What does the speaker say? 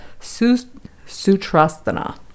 sutrasthana